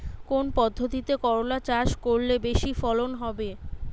কোন পদ্ধতিতে করলা চাষ করলে বেশি ফলন হবে?